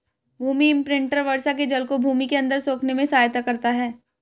भूमि imprinter वर्षा के जल को भूमि के अंदर सोखने में सहायता करता है